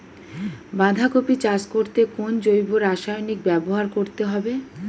বাঁধাকপি চাষ করতে কোন জৈব রাসায়নিক ব্যবহার করতে হবে?